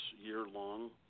year-long